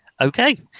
Okay